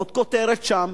עוד כותרת שם,